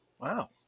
wow